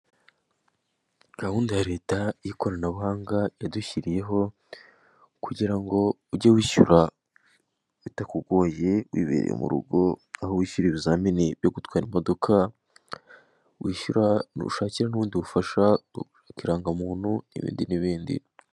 Gahunda ya leta y'ikoranabuhanga yadushyiriyeho kugira ngo ujye wishyura bitakugoye wibereye mu rugo, aho wishyura ibizamini byo gutwara imodoka, wishyura ni ubushake n'ubundi bufasha irangamuntu n'ibindi n'ibindi.